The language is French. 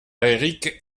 eric